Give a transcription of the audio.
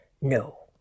No